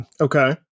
Okay